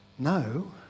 no